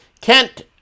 Kent